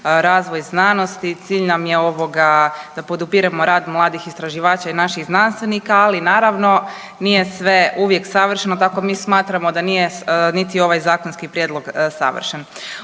razvoj znanosti, cilj nam je ovoga da podupiremo rad mladih istraživača i naših znanstvenika, ali naravno nije sve uvijek savršeno, tako mi smatramo da nije niti ovaj zakonski prijedlog savršen.